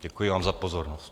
Děkuji vám za pozornost.